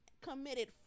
committed